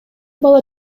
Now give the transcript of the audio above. бала